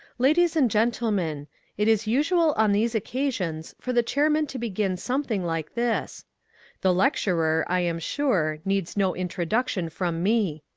ladies and gentlemen it is usual on these occasions for the chairman to begin something like this the lecturer, i am sure, needs no introduction from me.